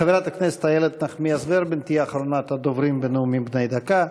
חברת הכנסת איילת נחמיאס ורבין תהיה אחרונת הדוברים בנאומים בני דקה.